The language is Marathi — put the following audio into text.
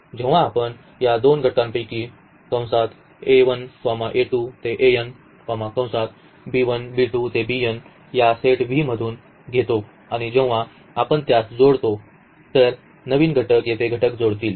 जेव्हा आपण या दोन घटकांपैकी या सेट V मधून घेतो आणि जेव्हा आपण त्यास जोडतो तर नवीन घटक येथे घटक जोडतील